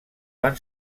van